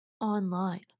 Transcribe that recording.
online